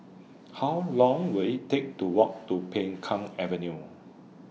How Long Will IT Take to Walk to Peng Kang Avenue